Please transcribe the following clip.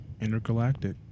Intergalactic